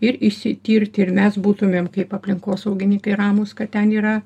ir išsitirti ir mes būtumėm kaip aplinkosaugininkai ramūs kad ten yra